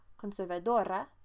conservadora